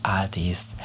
artist